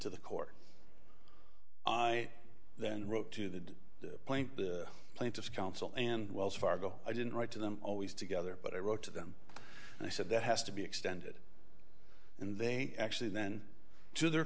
to the court i then wrote to the point the plaintiff counsel and wells fargo i didn't write to them always together but i wrote to them and i said that has to be extended and they actually then to their